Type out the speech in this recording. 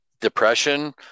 Depression